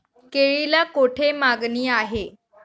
केळीला कोठे मागणी आहे?